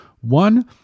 One